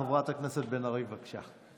חברת הכנסת בן ארי, בבקשה.